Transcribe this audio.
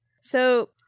So-